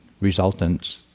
Resultants